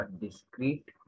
discrete